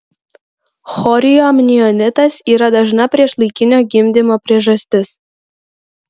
chorioamnionitas yra dažna priešlaikinio gimdymo priežastis